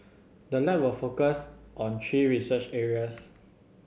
the lab will focus on three research areas